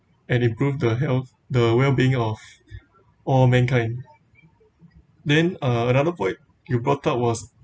and improve the health the well being of all mankind then uh another point you brought up was